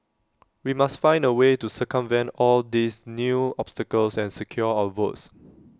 we must find A way to circumvent all these new obstacles and secure our votes